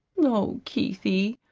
oh, keithie,